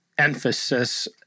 Emphasis